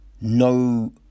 no